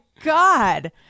god